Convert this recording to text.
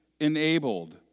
enabled